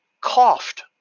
coughed